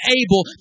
able